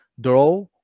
draw